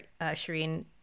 Shireen